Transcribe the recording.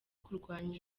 kurwana